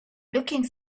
looking